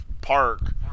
park